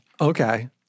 Okay